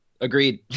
agreed